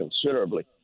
considerably